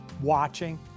watching